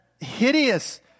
hideous